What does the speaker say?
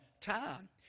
time